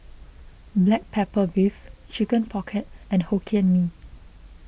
Black Pepper Beef Chicken Pocket and Hokkien Mee